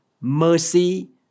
mercy